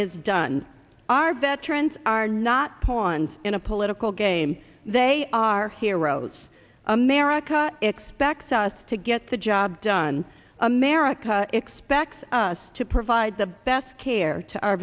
is done our veterans are not pawns in a political game they are heroes america expects us to get the job done america expects us to provide the best care to our